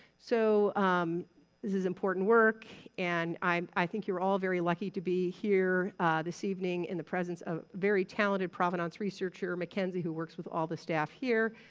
so this is important work and i think you're all very lucky to be here this evening in the presence of very talented provenance researcher mackenzie, who works with all the staff here.